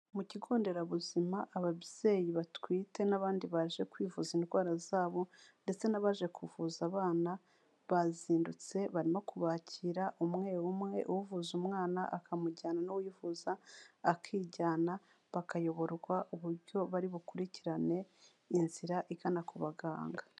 Mu kigo nderabuzima ababyeyi batwite n'abandi baje kwivuza indwara zabo ndetse n'abaje kuvuza abana, bazindutse barimo kubakira umwe umwe, uvuza umwana akamujyana n'uwivuza akijyana, bakayoborwa uburyo bari bukurikirane inzira igana ku baganga.